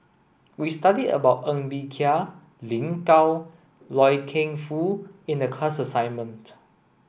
we studied about Ng Bee Kia Lin Gao Loy Keng Foo in the class assignment